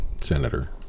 senator